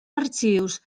arxius